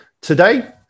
Today